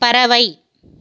பறவை